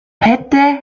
hätte